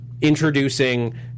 Introducing